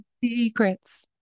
secrets